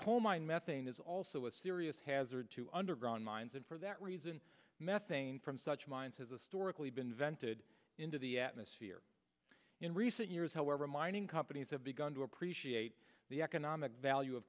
coal mine methane is also a serious hazard to underground mines and for that reason methane from such mines has historically been vented into the atmosphere in recent years however mining companies have begun to appreciate the economic value of